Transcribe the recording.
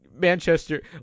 Manchester